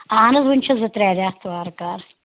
اَہن حظ وٕنۍ چھِ زٕ ترٛےٚ رٮ۪تھ وارٕ کارٕ